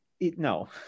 no